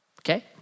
Okay